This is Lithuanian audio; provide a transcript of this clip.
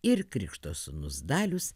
ir krikšto sūnus dalius